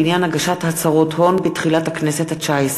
בעניין הגשת הצהרות הון בתחילת הכנסת התשע-עשרה.